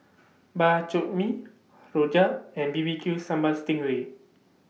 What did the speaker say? Bak Chor Mee Rojak and B B Q Sambal Sting Ray